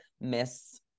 miss